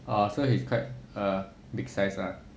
orh so he's quite err big size ah